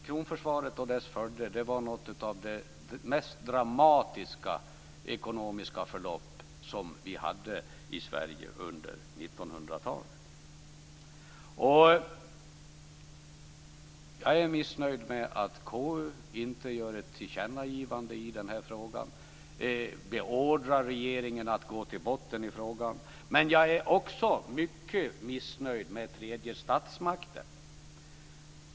Kronförsvaret och dess följder var ett av de mest dramatiska ekonomiska förlopp vi hade i Sverige under 1900-talet. Jag är missnöjd med att KU inte gör ett tillkännagivande i den här frågan och beordrar regeringen att gå till botten i frågan. Jag är också mycket missnöjd med tredje statsmakten.